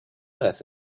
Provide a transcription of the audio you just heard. earth